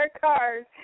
cars